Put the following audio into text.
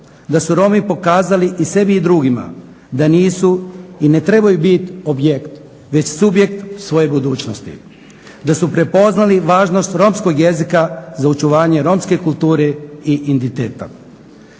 da su Romi pokazali i sebi i drugima da nisu i ne trebaju biti objekt već subjekt svoje budućnosti, da su prepoznali važnost romskog jezika za očuvanje romske kulture i identiteta.